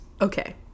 Okay